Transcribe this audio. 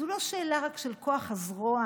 זו לא רק שאלה של כוח הזרוע,